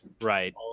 right